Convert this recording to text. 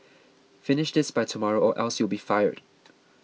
finish this by tomorrow or else you'll be fired